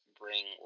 bring